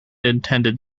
intended